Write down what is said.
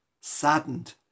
saddened